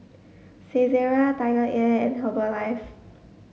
Saizeriya TigerAir and Herbalife